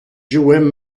jouaient